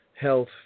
health